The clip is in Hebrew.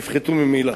יפחתו ממילא.